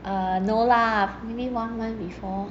uh no lah maybe one month before